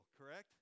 correct